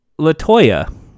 Latoya